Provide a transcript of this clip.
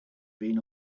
been